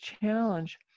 challenge